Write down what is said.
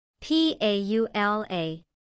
P-A-U-L-A